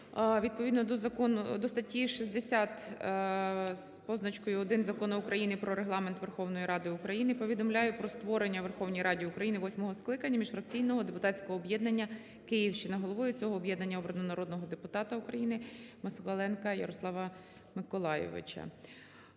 закону… до статті 60 з позначкою 1 Закону України "Про Регламент Верховної Ради України" повідомляю про створення у Верховній Раді України восьмого скликання міжфракційного депутатського об'єднання "Київщина". Головою цього об'єднання обрано народного депутата України Москаленка Ярослава Миколайовича.